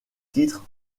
titres